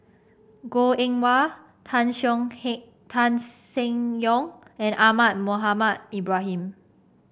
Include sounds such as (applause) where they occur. Goh Eng Wah Tan (unintelligible) Tan Seng Yong and Ahmad Mohamed Ibrahim